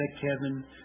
Kevin